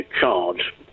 charge